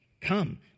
Come